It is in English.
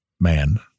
man